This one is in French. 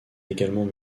également